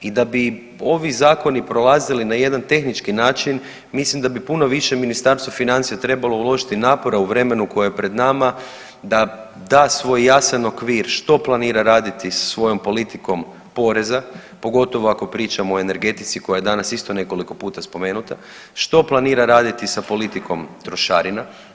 I da bi ovi zakoni prolazili na jedan tehnički način mislim da bi puno više Ministarstvo financija trebalo uložiti napora u vremenu koje je pred nama da da svoj jasan okvir što planira raditi sa svojom politikom poreza pogotovo ako pričamo o energetici koja je danas isto nekoliko puta spomenuta, što planira raditi sa politikom trošarina.